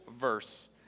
verse